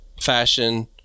fashion